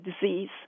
disease